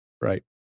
right